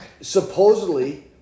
supposedly